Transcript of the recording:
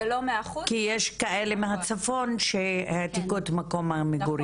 זה לא מאה אחוז- -- כי יש כאלה מהצפון שמעתיקות מקום מגורים,